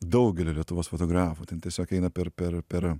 daugelio lietuvos fotografų ten tiesiog eina per per per